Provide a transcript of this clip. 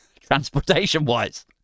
transportation-wise